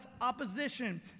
opposition